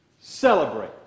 celebrate